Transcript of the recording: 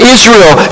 Israel